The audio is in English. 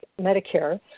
Medicare